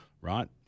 right